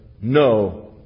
No